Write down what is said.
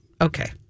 okay